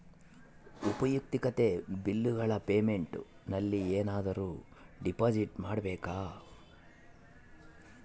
ಉಪಯುಕ್ತತೆ ಬಿಲ್ಲುಗಳ ಪೇಮೆಂಟ್ ನಲ್ಲಿ ಏನಾದರೂ ಡಿಪಾಸಿಟ್ ಮಾಡಬೇಕಾ?